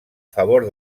favor